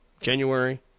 January